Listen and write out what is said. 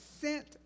sent